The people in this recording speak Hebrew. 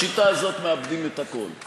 בשיטה הזאת מאבדים את הכול.